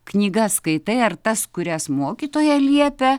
knygas skaitai ar tas kurias mokytoja liepia